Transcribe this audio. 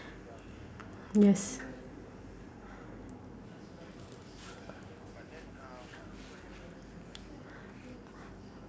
yes